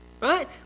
right